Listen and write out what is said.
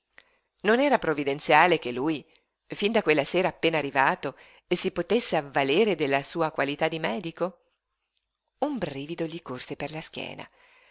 non era provvidenziale che lui fin da quella sera appena arrivato si potesse avvalere della sua qualità di medico un brivido gli corse per la schiena